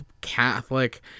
Catholic